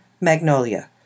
Magnolia